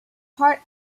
part